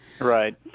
Right